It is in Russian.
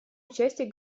участие